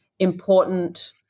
important